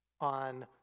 on